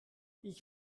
ich